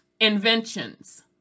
inventions